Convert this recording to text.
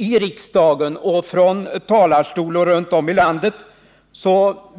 I riksdagen och från talarstolar runt om i landet